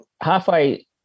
halfway